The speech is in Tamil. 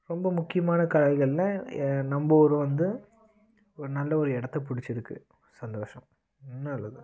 ரொம்ப முக்கியமான கலைகளில் நம்ப ஊரும் வந்து ஒரு நல்ல ஒரு இடத்த பிடிச்சிருக்கு சந்தோஷம் நல்லது